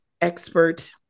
expert